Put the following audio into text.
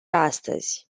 astăzi